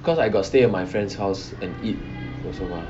cause I got stay at my friend's house and eat also mah